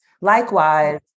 Likewise